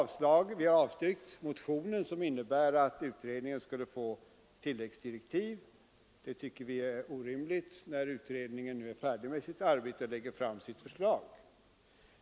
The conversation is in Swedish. Vi har avstyrkt motionen, som innebar att utredningen skulle få tilläggsdirektiv. Det vore orimligt när utredningen nu är färdig med sitt arbete och lägger fram sitt förslag.